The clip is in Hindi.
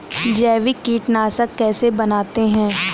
जैविक कीटनाशक कैसे बनाते हैं?